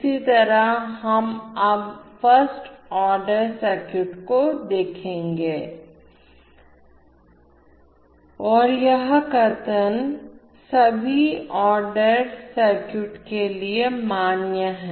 इसी तरह हम अब फर्स्ट आर्डर सर्किट को देखेंगे और यह कथन सभी आर्डर सर्किट के लिए मान्य है